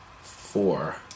four